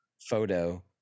photo